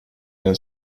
have